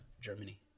Germany